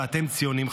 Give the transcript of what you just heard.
ואתם ציונים,